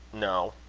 no.